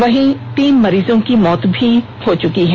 वहीं तीन मरीजों की मौत हो चुकी है